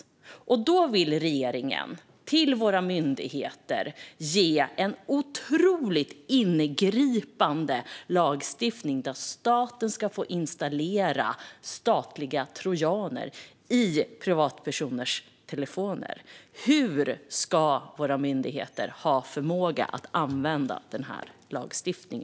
I detta läge vill regeringen ge våra myndigheter en otroligt ingripande lagstiftning. Staten ska få installera statliga trojaner i privatpersoners telefoner. Hur ska våra myndigheter ha förmåga att använda denna lagstiftning?